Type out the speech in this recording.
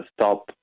stop